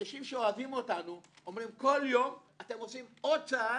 אנשים שאוהבים אותנו אומרים: כל יום אתם עושים עוד צעד